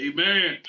Amen